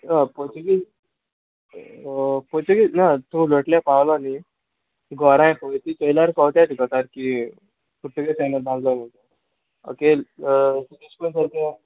हां पोर्तुगीज पोर्तुगीज ना तूं लोटलें पावलो न्ही घोराय पय ती चोयल्यार कोवताय तुका सारकी पुर्तगे टायमार बांदलो म्हूण ओके एशकून सारके